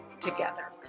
together